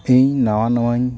ᱤᱧ ᱱᱟᱣᱟ ᱱᱟᱣᱟᱧ